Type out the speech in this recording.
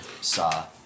saw